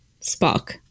Spock